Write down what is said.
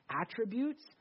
attributes